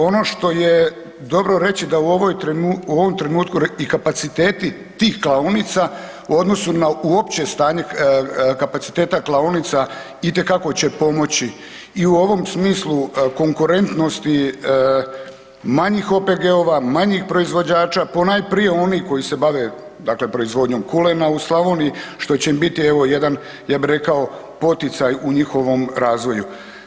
Ono što je dobro reći da u ovom trenutku i kapaciteti tih klaonica u odnosu na opće stanje kapaciteta klaonica itekako će pomoći i u ovom smislu konkurentnosti manjih OPG-ova, manjih proizvođača, ponajprije onih koji se bave dakle proizvodnjom kulena u Slavoniji, što će im biti evo jedan, ja bi rekao, poticaj u njihovom razvoju.